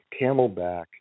Camelback